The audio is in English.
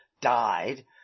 died